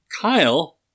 Kyle